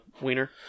wiener